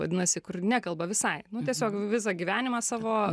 vadinasi kur nekalba visai nu tiesiog visą gyvenimą savo